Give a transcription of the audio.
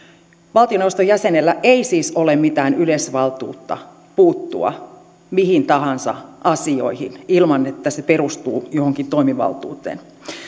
valtioneuvoston jäsenellä ei siis ole mitään yleisvaltuutta puuttua mihin tahansa asioihin ilman että se perustuu johonkin toimivaltuuteen